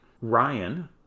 Ryan